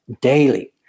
daily